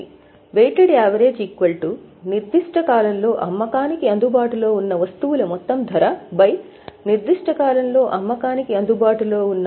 weighted average నిర్దిష్ట కాలంలో అమ్మకానికి అందుబాటులో ఉన్న వస్తువుల మొత్తం ధర నిర్దిష్ట కాలంలో అమ్మకానికి అందుబాటులో ఉన్న